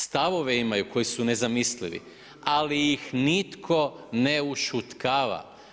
Stavove imaju koji su nezamislivi, ali ih nitko ne ušutkava.